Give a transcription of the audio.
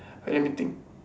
let me think